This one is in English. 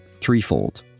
threefold